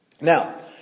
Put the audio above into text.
Now